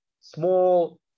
small